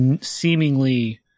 seemingly